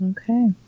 Okay